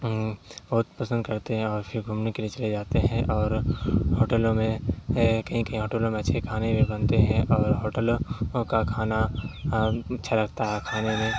بہت پسند کرتے ہیں اور پھر گھومنے کے لیے چلے جاتے ہیں اور ہوٹلوں میں کہیں کہیں ہوٹلوں میں اچھے کھانے بھی بنتے ہیں اور ہوٹلوں کا کھانا اچھا لگتا ہے کھانے میں